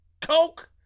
coke